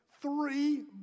Three